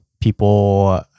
people